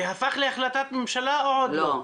זה הפך להחלטת ממשלה או עוד לא?